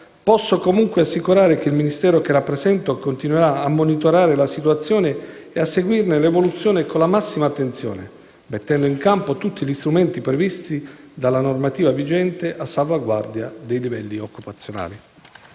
posso comunque assicurare che il Ministero che rappresento continuerà a monitorare la situazione e a seguirne l'evoluzione con la massima attenzione, mettendo in campo tutti gli strumenti previsti dalla normativa vigente a salvaguardia dei livelli occupazionali.